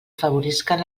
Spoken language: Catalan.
afavorisquen